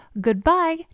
goodbye